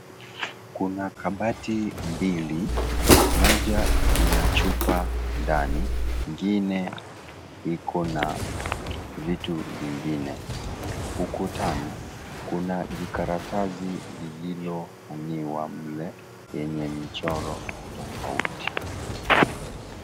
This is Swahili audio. Kuna kabati mbili, moja ina chupa ndani, ingine ikona vitu vingine, ukutani kuna jikaratasi lililo hangiwa mle yenye michoro tofauti.